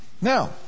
Now